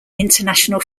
international